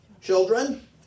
children